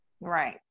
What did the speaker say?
Right